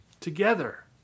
together